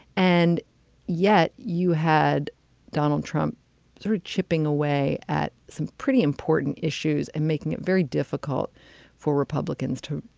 and yet you had donald trump sort of chipping away at some pretty important issues and making it very difficult for republicans to.